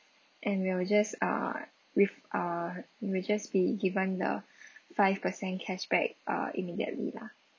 and we will just uh with uh you will just be given the five percent cashback uh immediately lah